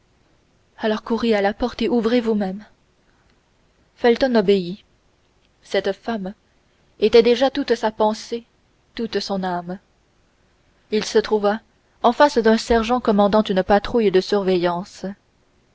alors courez à la porte et ouvrez vous-même felton obéit cette femme était déjà toute sa pensée toute son âme il se trouva en face d'un sergent commandant une patrouille de surveillance